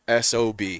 SOB